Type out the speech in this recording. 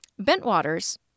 Bentwaters